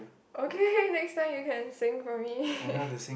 okay next time you can sing for me